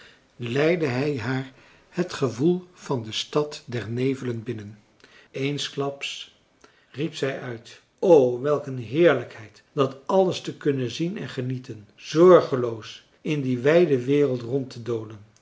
leidde hij haar het gewoel van de stad der nevelen binnen eensklaps riep zij uit o welk een heerlijkheid dat alles te kunnen zien en genieten zorgeloos in die wijde wereld rondtedolen